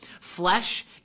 Flesh